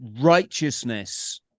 righteousness